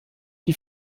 die